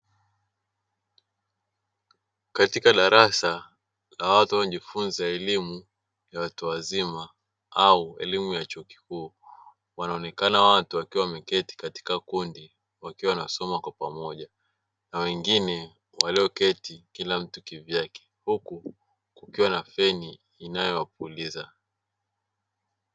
Katika darasa la watu wanaojifunza elimu ya watu wazima au elimu ya chuo kikuu. Wanaonekana watu wakiwa wameketi katika kundi wakiwa wanasoma kwa pamoja na wengine walioketi kila mtu kivyake; huku kukiwa na feni inayo wapuliza.